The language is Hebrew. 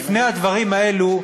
לפני הדברים האלה,